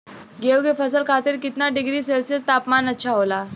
गेहूँ के फसल खातीर कितना डिग्री सेल्सीयस तापमान अच्छा होला?